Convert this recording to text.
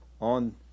On